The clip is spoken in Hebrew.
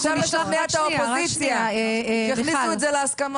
עכשיו צריך לשכנע את האופוזיציה שיכניסו את זה להסכמות.